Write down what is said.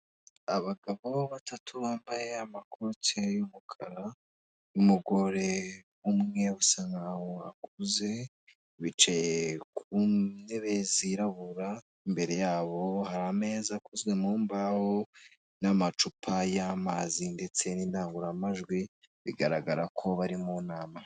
Abagabo batatu bambaye amakoti y'umukara n'umugore umwe usa nk'aho akuze bicaye ku ntebe zirabura imbere y'abo hari ameza akozwe mu mbaho n'amacupa y'amazi ndetse n'indangururamajwi bigaragara ko bari mu nama.